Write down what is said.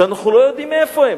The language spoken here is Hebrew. שאנחנו לא יודעים מאיפה הם.